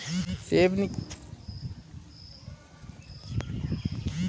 सहर के मनखे मन तीर बाड़ी बखरी तो रहय नहिं घरेच के भीतर म पेड़ पउधा लगाय रहिथे